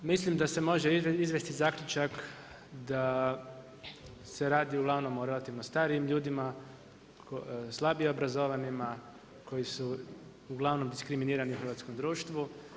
Mislim da se može izvesti zaključak da se radi uglavnom o relativno starijim ljudima, slabije obrazovanima koji su uglavnom diskriminirani u hrvatskom društvu.